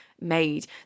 made